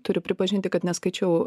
turiu pripažinti kad neskaičiau